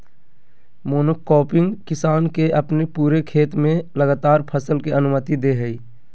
monocropping किसान के अपने पूरे खेत में लगातार फसल के अनुमति दे हइ